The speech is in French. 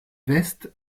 veste